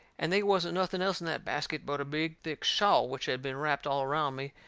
and they wasn't nothing else in that basket but a big thick shawl which had been wrapped all around me,